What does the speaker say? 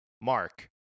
Mark